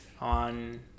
on